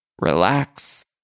relax